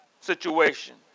situation